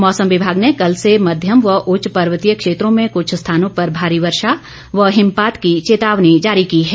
मौसम विभाग ने कल से मध्यम व उच्च पर्वतीय क्षेत्रों में कुछ स्थानों पर भारी वर्षा व हिमपात की चेतावनी जारी की है